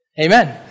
Amen